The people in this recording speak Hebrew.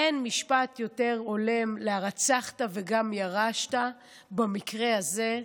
אין משפט יותר הולם מאשר "הרצחת וגם ירשת" במקרה הזה,